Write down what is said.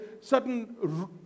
certain